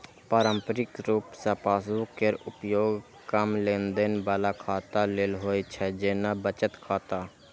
पारंपरिक रूप सं पासबुक केर उपयोग कम लेनदेन बला खाता लेल होइ छै, जेना बचत खाता